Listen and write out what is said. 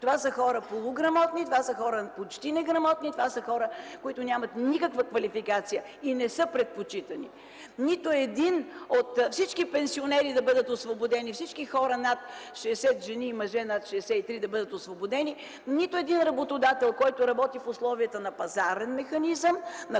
Това са хора полуграмотни, хора почти неграмотни, които нямат никаква квалификация и не са предпочитани! Всички пенсионери да бъдат освободени, всички жени и мъже над 63 години да бъдат освободени, нито един работодател, който работи в условията на пазарен механизъм,